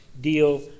deal